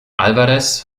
alvarez